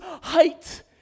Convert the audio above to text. height